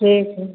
ठीक है